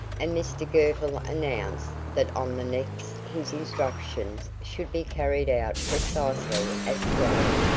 and mr girtle announced that on the next his instructions should be carried out precisely at twelve.